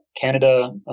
Canada